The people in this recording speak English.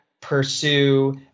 pursue